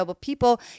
people